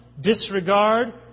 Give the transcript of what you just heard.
disregard